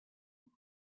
and